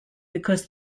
because